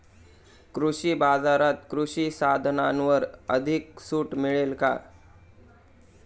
कृषी बाजारात कृषी साधनांवर अधिक सूट मिळेल का?